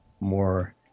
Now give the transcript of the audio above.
more